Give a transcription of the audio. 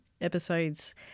episodes